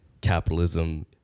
capitalism